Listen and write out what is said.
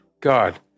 God